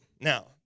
now